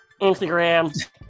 Instagram